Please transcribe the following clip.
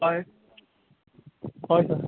हय हय